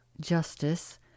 justice